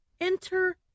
Enter